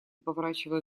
поворачивая